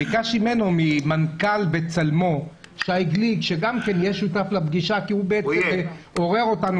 ביקשתי את שי גליק שיהיה שותף לפגישה כי הוא עורר אותנו.